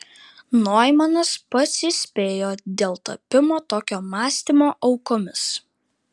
noimanas pats įspėjo dėl tapimo tokio mąstymo aukomis